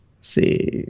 See